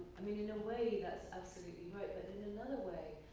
i mean, in a way that's absolutely right, but then in another way,